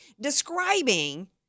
describing